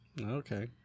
Okay